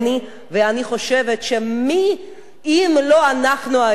ואני חושבת שמי אם לא אנחנו היהודים,